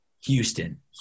Houston